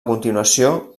continuació